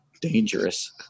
dangerous